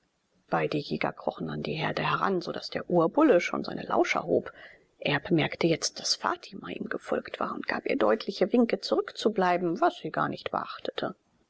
beide jäger krochen an die herde heran so daß der urbulle schon seine lauscher hob erb merkte jetzt daß fatima ihm gefolgt war und gab ihr deutliche winke zurückzubleiben was sie gar nicht beachtete